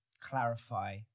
Clarify